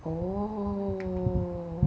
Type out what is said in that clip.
orh